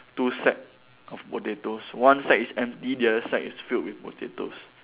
two sack of potatoes one sack is empty the other sack is filled with potatoes